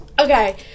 Okay